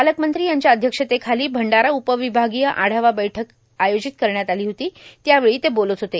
पालकमंत्री यांच्या अध्यक्षतेखालां भंडारा उर्पावभागीय आढावा बैठक आयोजित करण्यात आर्ला होती त्यावेळी ते बोलत होते